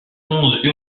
onze